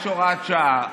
יש הוראת שעה,